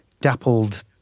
dappled